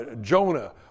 Jonah